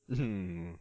mmhmm